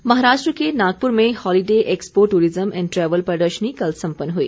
प्रदर्शनी महाराष्ट्र के नागपुर में holiday expo tourism and travel प्रदर्शनी कल सम्पन्न हुई